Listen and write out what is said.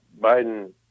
biden